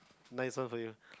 nice one for you